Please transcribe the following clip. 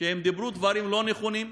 שהם אמרו דברים לא נכונים,